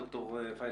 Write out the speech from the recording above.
ד"ר פיינשטיין,